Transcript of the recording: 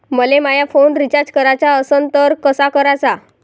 मले माया phone recharge कराचा असन तर कसा कराचा?